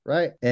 Right